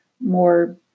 more